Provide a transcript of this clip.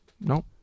No